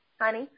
Honey